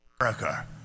America